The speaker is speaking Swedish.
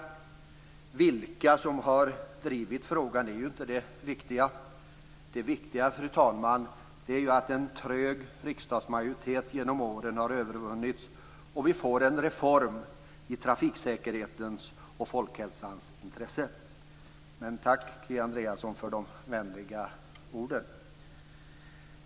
Vilka som har drivit frågan är ju inte det viktiga. Det viktiga, fru talman, är ju att en genom åren trög riksdagsmajoritet har övervunnits och att vi får en reform i trafiksäkerhetens och folkhälsans intresse. Men tack, Kia Andreasson, för de vänliga orden!